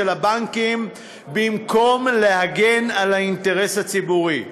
הבנקים במקום להגן על האינטרס הציבורי?